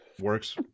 works